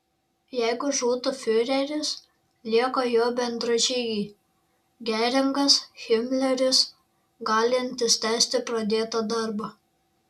jeigu žūtų fiureris lieka jo bendražygiai geringas himleris galintys tęsti pradėtą darbą